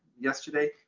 yesterday